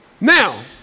Now